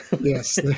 yes